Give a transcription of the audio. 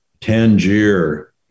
Tangier